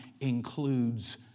includes